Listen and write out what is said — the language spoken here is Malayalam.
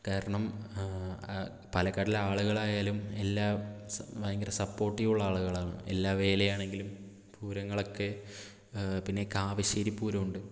കാരണം പാലക്കാട്ടിലെ ആളുകളായാലും എല്ലാം ഭയങ്കര സപ്പോർട്ടീവുള്ള ആളുകളാണ് എല്ലാ വേലയാണെങ്കിലും പൂരങ്ങളൊക്കെ പിന്നെ കാവശ്ശേരി പൂരമുണ്ട്